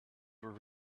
were